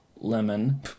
lemon